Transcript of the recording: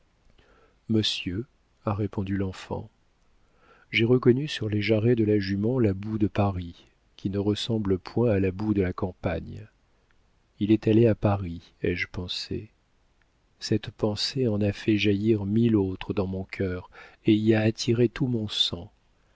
monsieur a répondu l'enfant j'ai reconnu sur les jarrets de la jument la boue de paris qui ne ressemble point à la boue de la campagne il est allé à paris ai-je pensé cette pensée en a fait jaillir mille autres dans mon cœur et y a attiré tout mon sang